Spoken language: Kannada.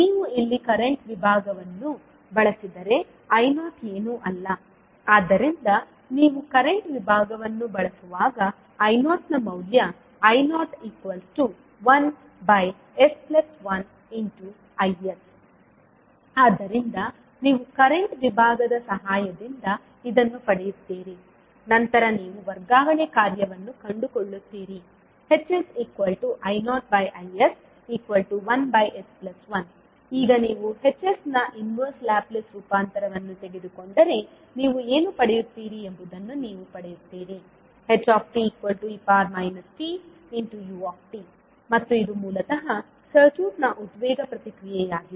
ನೀವು ಇಲ್ಲಿ ಕರೆಂಟ್ ವಿಭಾಗವನ್ನು ಬಳಸಿದರೆ I0 ಏನೂ ಅಲ್ಲ ಆದ್ದರಿಂದ ನೀವು ಕರೆಂಟ್ ವಿಭಾಗವನ್ನು ಬಳಸುವಾಗ I0ನ ಮೌಲ್ಯ I01s1Is ಆದ್ದರಿಂದ ನೀವು ಕರೆಂಟ್ ವಿಭಾಗದ ಸಹಾಯದಿಂದ ಇದನ್ನು ಪಡೆಯುತ್ತೀರಿ ನಂತರ ನೀವು ವರ್ಗಾವಣೆ ಕಾರ್ಯವನ್ನು ಕಂಡುಕೊಳ್ಳುತ್ತೀರಿ HsI0Is1s1 ಈಗ ನೀವು Hs ನ ಇನ್ವೆರ್ಸ್ ಲ್ಯಾಪ್ಲೇಸ್ ರೂಪಾಂತರವನ್ನು ತೆಗೆದುಕೊಂಡರೆ ನೀವು ಏನು ಪಡೆಯುತ್ತೀರಿ ಎಂಬುದನ್ನು ನೀವು ಪಡೆಯುತ್ತೀರಿ he tu ಮತ್ತು ಇದು ಮೂಲತಃ ಸರ್ಕ್ಯೂಟ್ನ ಉದ್ವೇಗ ಪ್ರತಿಕ್ರಿಯೆಯಾಗಿದೆ